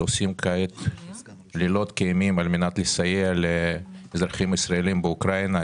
עושים כעת לילות כימים על מנת לסייע לאזרחים ישראלים באוקראינה.